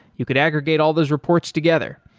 you could aggregate all those reports together.